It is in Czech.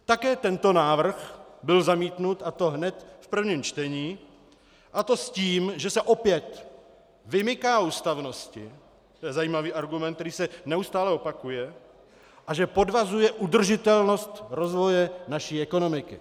Také tento návrh byl zamítnut, a to hned v prvním čtení, a to s tím, že se opět vymyká ústavnosti, to je zajímavý argument, který se neustále opakuje, a že podvazuje udržitelnost rozvoje naší ekonomiky.